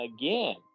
again